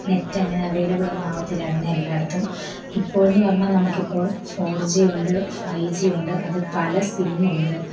നെറ്റങ്ങനെ അവൈലബിളൊന്നും ആകത്തില്ലായിരുന്നു എല്ലായിടത്തും ഇപ്പോൾന്ന് പറഞ്ഞാൽ നമുക്കിപ്പോൾ ഫോർ ജിയുണ്ട് ഫൈവ് ജിയുണ്ട് അത് പല സിമ്മുണ്ട്